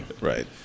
right